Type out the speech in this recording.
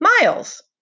Miles